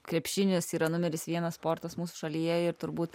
krepšinis yra numeris vienas sportas mūsų šalyje ir turbūt